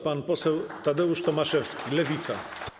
Pan poseł Tadeusz Tomaszewski, Lewica.